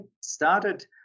started